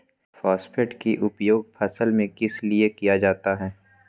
Phosphate की उपयोग फसल में किस लिए किया जाता है?